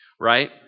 right